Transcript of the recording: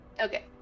okay